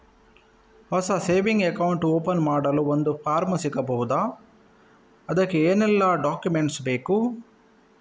ಹೊಸ saving account open ಮಾಡಲು ಒಂದು ಫಾರ್ಮ್ ಸಿಗಬಹುದು? ಅದಕ್ಕೆ ಏನೆಲ್ಲಾ ಡಾಕ್ಯುಮೆಂಟ್ಸ್ ಬೇಕು?